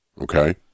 Okay